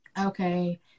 okay